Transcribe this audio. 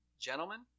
gentlemen